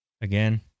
Again